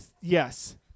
yes